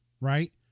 right